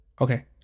Okay